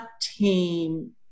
team